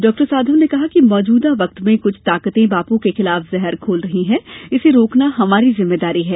doctor Sadhau ने कहा कि मौजूदा वक्त में कुछ ताकतें बापू के खिलाफ जहर घोल रही हैं इसे रोकना हमारी जिम्मेदारी है